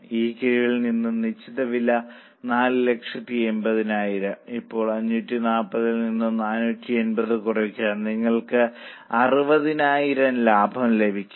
ഈ കിഴിവിൽ നിന്ന് നിശ്ചിത വില 480000 ഇപ്പോൾ 540 നിന്ന് 480 കുറയ്ക്കുക നിങ്ങൾക്ക് 60000 ലാഭം ലഭിക്കുന്നു